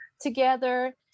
together